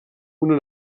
una